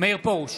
מאיר פרוש,